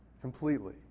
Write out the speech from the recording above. completely